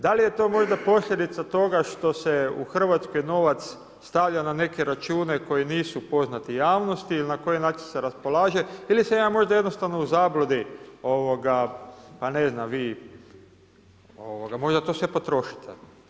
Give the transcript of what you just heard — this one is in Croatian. Da li je to možda posljedica toga što se u Hrvatskoj novac stavlja na neke račune koji nisu poznati javnosti ili na koji način se raspolaže ili sam ja možda jednostavno u zabludi pa ne znam, vi možda to sve potrošite?